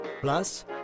Plus